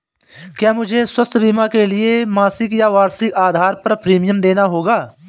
क्या मुझे स्वास्थ्य बीमा के लिए मासिक या वार्षिक आधार पर प्रीमियम देना होगा?